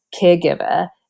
caregiver